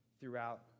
throughout